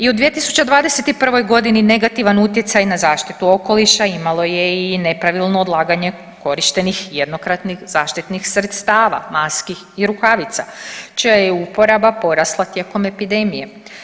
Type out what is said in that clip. I u 2021. godini negativan utjecaj na zaštitu okoliša imalo je i nepravilno odlaganje korištenih jednokratnih zaštitnih sredstava, maski i rukavica čija je uporaba porasla tijekom epidemije.